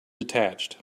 detached